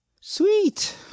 Sweet